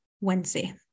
Wednesday